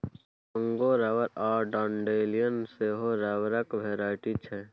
Congo rubber आ dandelion सेहो रबरक भेराइटी छै